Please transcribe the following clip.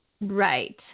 Right